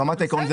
ברמת העיקרון,